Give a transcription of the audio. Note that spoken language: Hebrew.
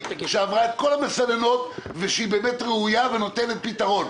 שעברה את כל המסננים ושהיא באמת ראויה ונותנת פתרון.